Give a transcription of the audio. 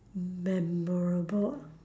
memorable ah